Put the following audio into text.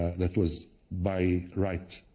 that was by rights,